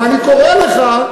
ואני קורא לך,